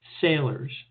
sailors